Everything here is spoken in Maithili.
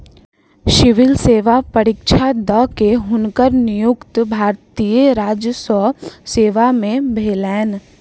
सिविल सेवा परीक्षा द के, हुनकर नियुक्ति भारतीय राजस्व सेवा में भेलैन